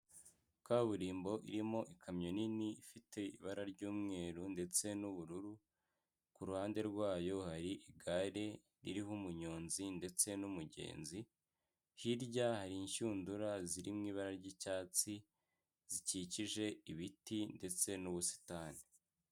Kaburimbo irimo ikamyo nini ifite ibara ry'umweru ndetse n'ubururu, ku ruhande rwayo hari igare ririho umunyonzi ndetse n'umugenzi, hirya hari inshundura ziriho ibara ry'icyatsi zikikije ibiti ndetse n'ubusitani.